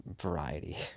Variety